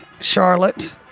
Charlotte